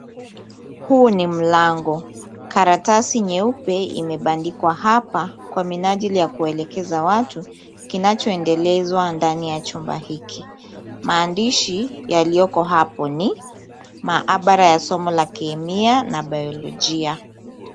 Huu ni mlango karatasi nyeupe imebandikwa hapa kwa minajili ya kuelekeza watu kinachoendelezwa ndani ya chumba hiki. Maandishi yaliyoko hapo ni maabara ya somo la Kemia na Biolojia.